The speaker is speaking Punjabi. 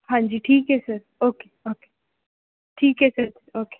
ਹਾਂਜੀ ਠੀਕ ਹੈ ਸਰ ਓਕੇ ਓਕੇ ਠੀਕ ਹੈ ਸਰ ਓਕੇ